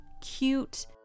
cute